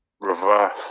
reverse